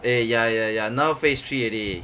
eh ya ya ya now phase three already